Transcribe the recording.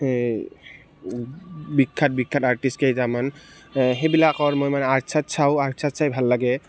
এই বিখ্যাত বিখ্যাত আৰ্টিষ্ট কেইটামান সেইবিলাকৰ মানে মই আৰ্ট চাৰ্ট চাওঁ আৰ্ট চাৰ্ট চাই ভাল লাগে